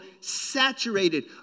saturated